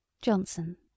johnson